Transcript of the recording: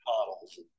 models